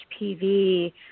HPV